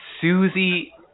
susie